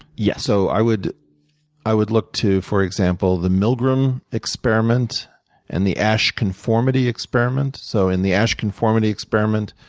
yes. so i would i would look to, for example, the milgram experiment and the asch conformity experiment. so in the asch conformity experiment,